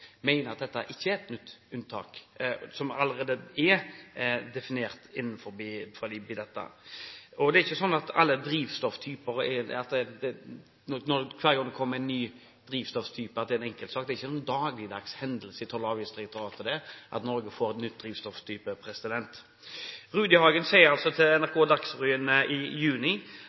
mener at dette ikke er et nytt unntak, men allerede er definert innenfor det som er. Det er ikke sånn at det hvert år kommer en ny drivstofftype, og at det er mange enkeltsaker. Det er ikke noen dagligdags hendelse i Toll- og avgiftsdirektoratet at Norge får en ny drivstofftype. Rudihagen sier til NRK Dagsrevyen i juni: